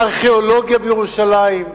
ארכיאולוגיה בירושלים,